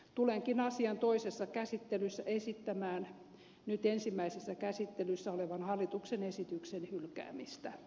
tulenkin asian toisessa käsittelyssä esittämään nyt ensimmäisessä käsittelyssä olevan hallituksen esityksen hylkäämistä